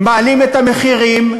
מעלים את המחירים,